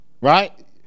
Right